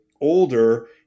older